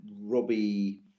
Robbie